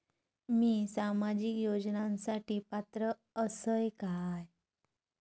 मी सामाजिक योजनांसाठी पात्र असय काय?